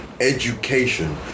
education